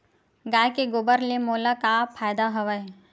गाय के गोबर ले मोला का का फ़ायदा हवय?